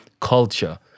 culture